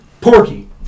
Porky